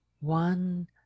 one